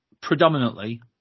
predominantly